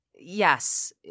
yes